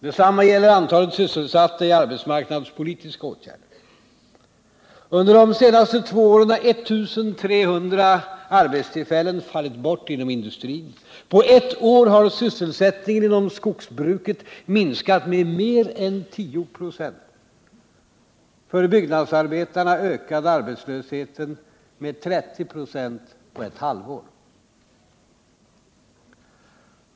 Detsamma gäller antalet sysselsatta i arbetsmarknadspolitiska åtgärder. Under de senaste två åren har 1300 arbetstillfällen fallit bort inom industrin. På ett år har sysselsättningen inom skogsbruket minskat med mer än 10 96. För byggnadsarbetarna ökade arbetslösheten med 30 96 på ett halvår.